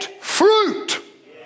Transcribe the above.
fruit